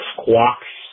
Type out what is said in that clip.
Squawks